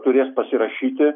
turės pasirašyti